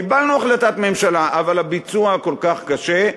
קיבלנו החלטת ממשלה, אבל הביצוע כל כך קשה,